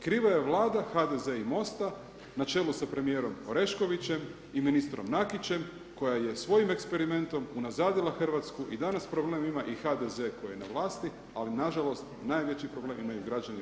Kriva je vlada HDZ-a i MOST-a na čelu sa premijerom Oreškovićem i ministrom Nakićem koja je svojim eksperimentom unazadila Hrvatsku i danas problem ima i HDZ koji je na vlasti, ali nažalost najveći problem imaju građani RH.